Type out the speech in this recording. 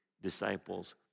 Disciples